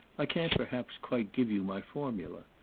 i can't perhaps quite give you my formula,